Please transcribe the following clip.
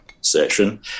session